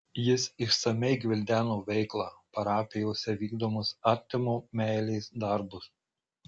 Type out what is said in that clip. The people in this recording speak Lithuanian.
jis išsamiai gvildeno veiklą parapijose vykdomus artimo meilės darbus